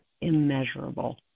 immeasurable